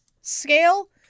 scale